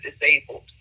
disabled